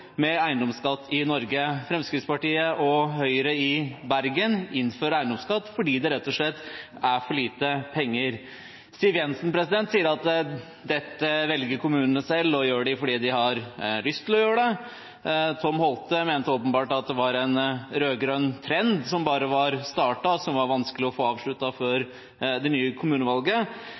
med eiendomsskatt i Norge. Fremskrittspartiet og Høyre i Bergen innfører eiendomsskatt fordi det rett og slett er for lite penger. Siv Jensen sier at dette velger kommunene selv og gjør det fordi de har lyst til å gjøre det. Tom E. B. Holthe mente åpenbart at det var en rød-grønn trend som var startet, og som det var vanskelig å få